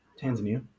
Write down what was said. Tanzania